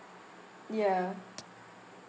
ya